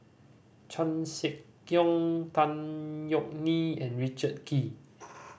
Chan Sek Keong Tan Yeok Nee and Richard Kee